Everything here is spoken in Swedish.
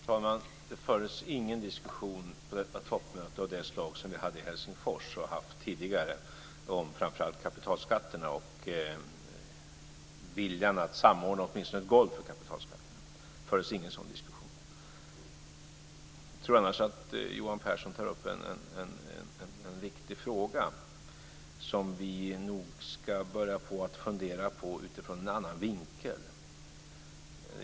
Fru talman! Det fördes ingen diskussion på detta toppmöte av det slag som vi hade i Helsingfors och som vi har haft även tidigare om framför allt kapitalskatterna och viljan att samordna åtminstone ett golv för kapitalskatterna. Jag tror dock att Johan Pehrson tar upp en viktig fråga, som vi nog ska börja fundera på ur en annan vinkel.